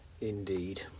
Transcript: Indeed